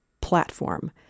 platform